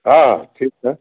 हाँ ठीक है